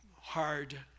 hard